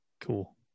Cool